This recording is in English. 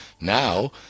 Now